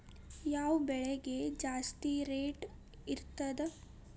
ಯಾವ ಬೆಳಿಗೆ ಜಾಸ್ತಿ ರೇಟ್ ಇರ್ತದ?